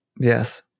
Yes